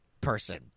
person